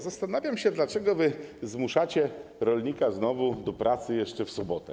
Zastanawiam się, dlaczego znowu zmuszacie rolnika do pracy jeszcze w sobotę.